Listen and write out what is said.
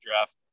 draft